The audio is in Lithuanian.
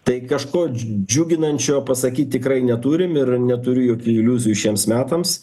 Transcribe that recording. tai kažko džiuginančio pasakyt tikrai neturim ir neturiu jokių iliuzijų šiems metams